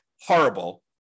horrible